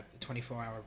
24-hour